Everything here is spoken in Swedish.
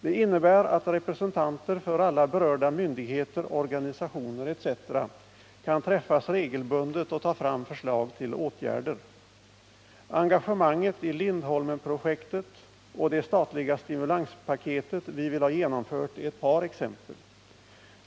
Det innebär att representanter för alla berörda myndigheter, organisationer etc. kan träffas regelbundet och ta fram förslag till åtgärder. Engagemanget i Lindholmen-projektet och det statliga stimulanspaketet vi vill ha genomfört är ett par exempel.